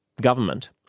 government